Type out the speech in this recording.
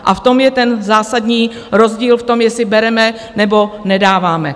A v tom je ten zásadní rozdíl: v tom, jestli bereme, nebo nedáváme.